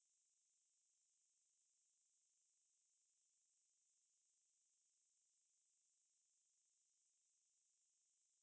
ya ya lor 我觉得行得通 leh it's like they like it lor so just let them try ya